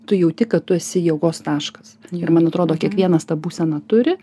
tu jauti kad tu esi jėgos taškas ir man atrodo kiekvienas tą būseną turi